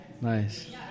Nice